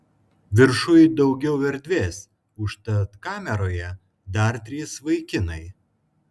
viršuj daugiau erdvės užtat kameroje dar trys vaikinai